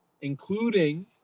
Including